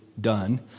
done